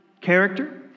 character